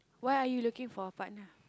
why are you looking for a partner